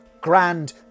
Grand